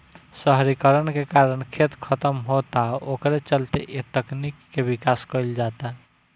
शहरीकरण के कारण खेत खतम होता ओकरे चलते ए तकनीक के विकास कईल जाता